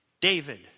David